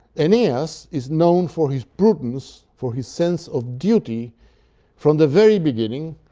aeneas is known for his prudence, for his sense of duty from the very beginning,